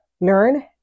learn